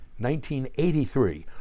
1983